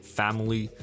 family